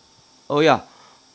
oh ya